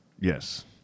Yes